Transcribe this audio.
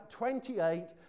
28